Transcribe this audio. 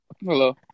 Hello